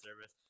service